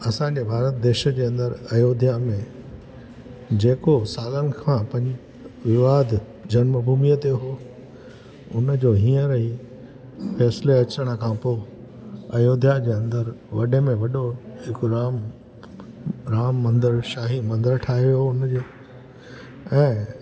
असांजे भारत देश जे अंदरि अयोध्या में जेको सालनि खां पे विवाद जनमु भुमीअ ते हो हुनजो हींअर ई फैसले अचण खां पोइ अयोध्या जे अंदरि वॾे में वॾो हिकु राम राम मंदरु शाही मंदरु ठाहियो हुनजो ऐं